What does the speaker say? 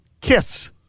Kiss